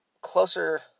closer